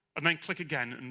and then click again, and